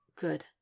Good